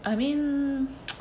I mean